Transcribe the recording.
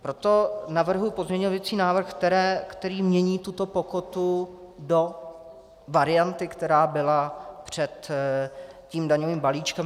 Proto navrhuji pozměňovací návrh, který mění tuto pokutu do varianty, která byla před tím daňovým balíčkem.